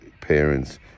parents